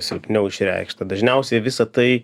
silpniau išreikšta dažniausiai visa tai